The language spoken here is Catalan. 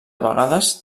vegades